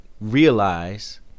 realize